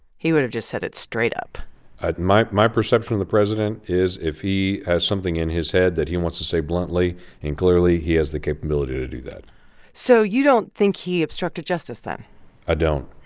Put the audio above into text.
he would have just said it straight up ah my my perception of the president is if he has something in his head that he wants to say bluntly and clearly, he has the capability to do that so you don't think he obstructed justice then i don't.